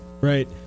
Right